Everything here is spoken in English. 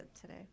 today